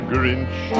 Grinch